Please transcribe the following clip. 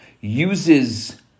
uses